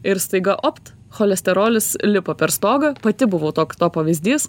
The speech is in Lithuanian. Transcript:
ir staiga opt cholesterolis lipa per stogą pati buvau tok to pavyzdys